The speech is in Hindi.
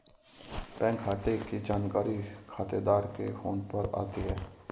बैंक खाते की जानकारी खातेदार के फोन पर आती है